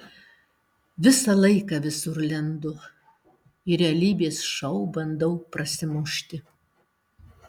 visą laiką visur lendu į realybės šou bandau prasimušti